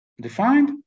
defined